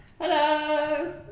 Hello